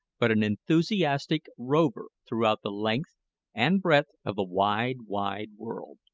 but an enthusiastic rover throughout the length and breadth of the wide, wide world.